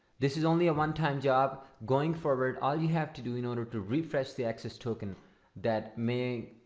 this is only a one-time job going forward all you have to do in order to refresh the access token that may